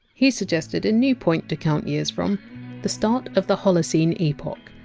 he suggested a new point to count years from the start of the holocene epoch,